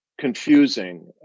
confusing